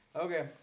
Okay